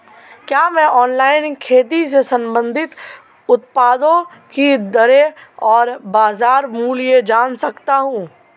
क्या मैं ऑनलाइन खेती से संबंधित उत्पादों की दरें और बाज़ार मूल्य जान सकता हूँ?